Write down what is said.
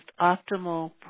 optimal